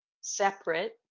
separate